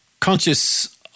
Conscious